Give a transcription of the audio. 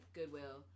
Goodwill